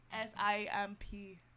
S-I-M-P